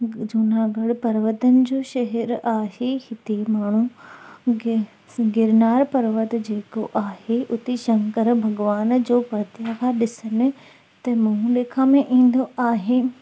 जूनागढ़ पर्वतन जो शहर आहे हिते माण्हू गि गिरनार पर्वत जेको आहे उते शंकर भॻिवान जो प्रतिमा ॾिसनि त मुंहुं ॾेखामे ईंदो आहे